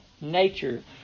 nature